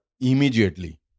immediately